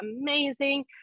amazing